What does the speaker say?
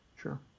Sure